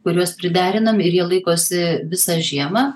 kuriuos priderinam ir jie laikosi visą žiemą